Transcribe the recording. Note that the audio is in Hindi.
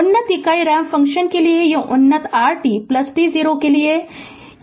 उन्नत इकाई रैंप फ़ंक्शन के लिए यह उन्नत rt t0 के लिए है